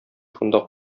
шунда